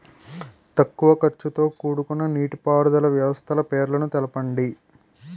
తక్కువ ఖర్చుతో కూడుకున్న నీటిపారుదల వ్యవస్థల పేర్లను తెలపండి?